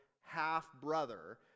half-brother